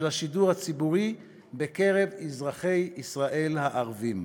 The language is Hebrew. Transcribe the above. של השידור הציבורי בקרב אזרחי ישראל הערבים.